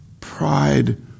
pride